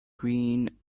green